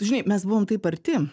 žinai mes buvom taip arti